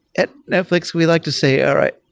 at netflix we like to say, all right,